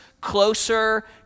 closer